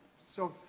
so,